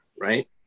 Right